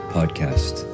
Podcast